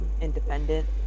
independent